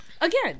Again